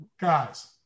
guys